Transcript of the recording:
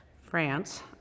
France